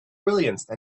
brilliance